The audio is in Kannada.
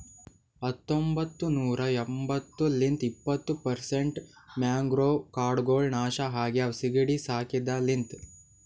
ಹತೊಂಬತ್ತ ನೂರಾ ಎಂಬತ್ತು ಲಿಂತ್ ಇಪ್ಪತ್ತು ಪರ್ಸೆಂಟ್ ಮ್ಯಾಂಗ್ರೋವ್ ಕಾಡ್ಗೊಳ್ ನಾಶ ಆಗ್ಯಾವ ಸೀಗಿಡಿ ಸಾಕಿದ ಲಿಂತ್